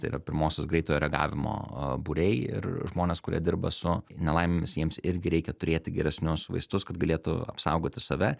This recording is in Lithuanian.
tai yra pirmosios greitojo reagavimo būriai ir žmonės kurie dirba su nelaimėmis jiems irgi reikia turėti geresnius vaistus kad galėtų apsaugoti save